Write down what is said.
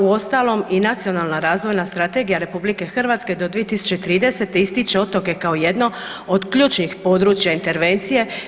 Uostalom i Nacionalna razvojna strategija RH do 2030. ističe otoke kao jedno od ključnih područja intervencije.